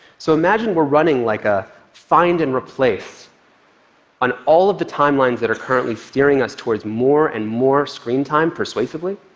so imagine we're running, like, a find and replace on all of the timelines that are currently steering us towards more and more screen time persuasively